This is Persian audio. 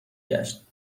گشت